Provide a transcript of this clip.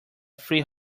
free